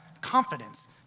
confidence